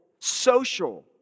social